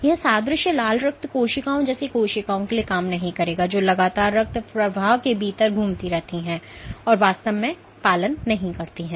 यह सादृश्य लाल रक्त कोशिकाओं जैसी कोशिकाओं के लिए काम नहीं करेगा जो लगातार रक्तप्रवाह के भीतर घूमती हैं और वास्तव में पालन नहीं करती हैं